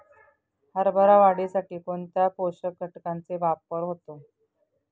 हरभरा वाढीसाठी कोणत्या पोषक घटकांचे वापर होतो?